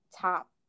top